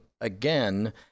again